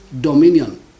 dominion